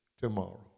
tomorrow